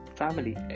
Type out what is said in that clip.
family